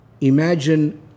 Imagine